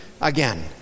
again